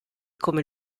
come